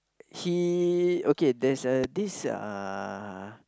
he okay there's a this uh